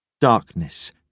Darkness